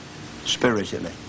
spiritually